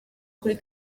kuri